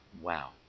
Wow